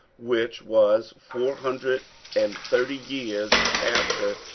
which was four hundred and thirty years after,